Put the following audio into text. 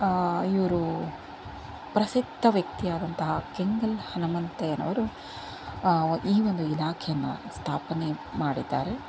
ಇವರು ಪ್ರಸಿದ್ಧ ವ್ಯಕ್ತಿ ಆದಂತಹ ಕೆಂಗಲ್ ಹನುಮಂತಯ್ಯನವರು ಈ ಒಂದು ಇಲಾಖೆಯನ್ನು ಸ್ಥಾಪನೆ ಮಾಡಿದ್ದಾರೆ